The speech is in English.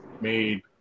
made